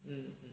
mm mm